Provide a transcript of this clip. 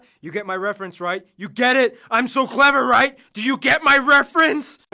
you get my reference, right? you get it? i am so clever right? do you get my reference?